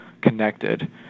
connected